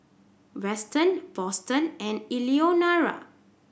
Weston Boston and Eleonora